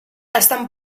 estan